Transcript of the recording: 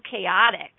chaotic